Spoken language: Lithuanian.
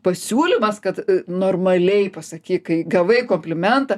pasiūlymas kad normaliai pasakyk kai gavai komplimentą